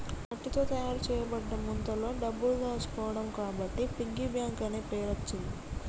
మట్టితో తయారు చేయబడ్డ ముంతలో డబ్బులు దాచుకోవడం కాబట్టి పిగ్గీ బ్యాంక్ అనే పేరచ్చింది